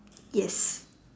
yes